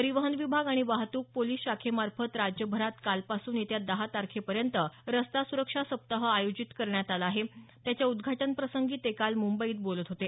परिवहन विभाग आणि वाहतूक पोलीस शाखेमार्फत राज्यभरात कालपासून येत्या दहा तारखेपर्यंत रस्ता सुरक्षा सप्ताह आयोजित करण्यात आला आहे त्याच्या उद्घाटन प्रसंगी ते काल मुंबईत बोलत होते